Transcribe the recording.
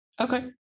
Okay